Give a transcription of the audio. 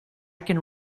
can